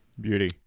Beauty